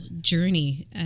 journey